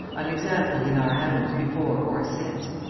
unexampled in our annals before or since.